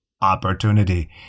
Opportunity